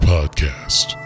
Podcast